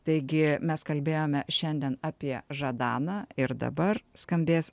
taigi mes kalbėjome šiandien apie žadaną ir dabar skambės